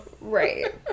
Right